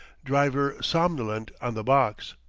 driver somnolent on the box.